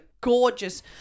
gorgeous